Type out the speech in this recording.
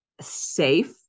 safe